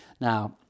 now